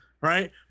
right